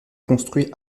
construits